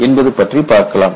என்பது பற்றி பார்க்கலாம்